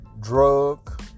drug